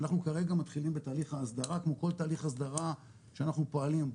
אנחנו כרגע מתחילים בתהליך ההסדרה כמו כל תהליך הסדרה שאנחנו פועלים בו.